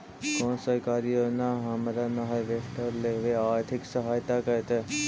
कोन सरकारी योजना हमरा हार्वेस्टर लेवे आर्थिक सहायता करतै?